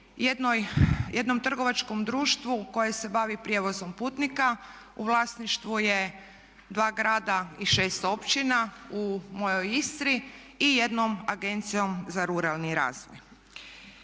jednom trgovačkom društvu koje se bavi prijevozom putnika, u vlasništvu je 2 grada i 6 općina u mojoj Istri i jednom agencijom za ruralni razvoj.